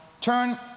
Turn